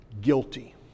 guilty